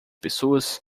pessoas